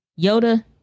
Yoda